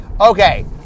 Okay